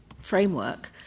framework